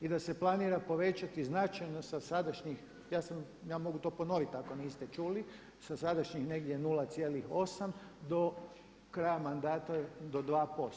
I da se planira povećati značajno sa sadašnjih, ja sam, ja mogu to ponoviti ako nite čuli sa sadašnjih negdje 0,8 do kraja mandata do 2%